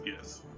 Yes